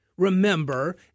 Remember